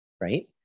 right